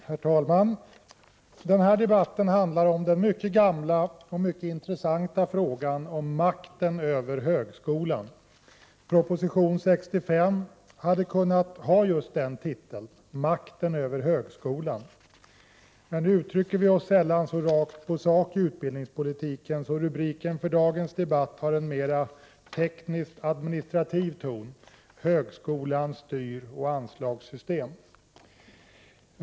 Herr talman! Denna debatt handlar om den mycket gamla och mycket intressanta frågan om makten över högskolan. Proposition 65 hade kunnat ha just den titeln: Makten över högskolan. Nu uttrycker vi oss sällan så rakt på sak i utbildningspolitiken, och rubriken för dagens debatt har en mera teknisk-administrativ ton: Högskolans styroch anslagssystem.